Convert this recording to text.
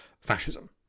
fascism